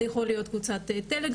זה יכול להיות קבוצת טלגרם.